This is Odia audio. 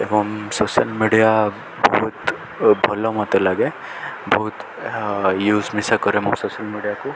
ଏବଂ ସୋସିଆଲ୍ ମିଡ଼ିଆ ବହୁତ ଭଲ ମୋତେ ଲାଗେ ବହୁତ ଏହା ୟୁଜ୍ ମିଶା କରେ ମୋ ସୋସିଆଲ୍ ମିଡ଼ିଆକୁ